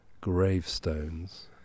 gravestones